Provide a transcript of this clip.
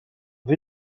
vfl